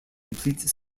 complete